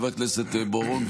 חבר הכנסת בוארון,